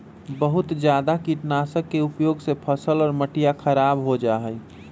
बहुत जादा कीटनाशक के उपयोग से फसल और मटिया खराब हो जाहई